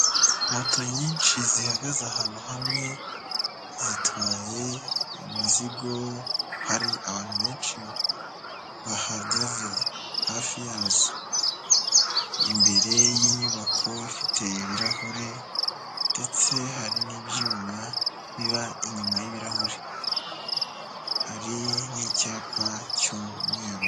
Moto nyinshi zihagaze ahantu hamwe, zitwaye imizigo, hari abantu benshi bahagaze hafi yazo. Imbere y'inyubako ifite ibirahure ndetse hari n'ibyuma biba inyuma y'ibirahure. Hari n'icyapa cy'umweru.